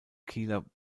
kieler